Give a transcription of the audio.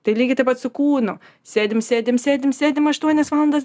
tai lygiai taip pat su kūnu sėdim sėdim sėdim sėdim aštuonias valandas